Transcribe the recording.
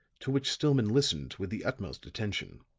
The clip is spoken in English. to which stillman listened with the utmost attention.